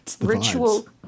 Ritual